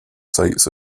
sites